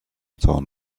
zaun